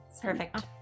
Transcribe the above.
perfect